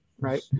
right